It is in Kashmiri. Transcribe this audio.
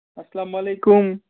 اَسلامُ علیکُم